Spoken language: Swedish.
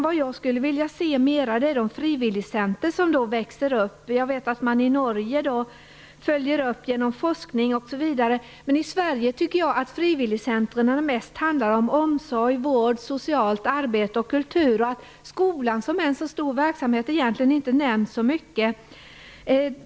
Vad jag skulle vilja se mer av är de frivilligcenter som växer upp. Jag vet att man i Norge följer upp denna verksamhet genom forskning. Jag tycker att när man pratar om frivilligcentrerna i Sverige handlar det mest om omsorg, vård, socialt arbete och kultur, och skolan som är en så stor verksamhet nämns egentligen inte så mycket.